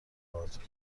باهاتون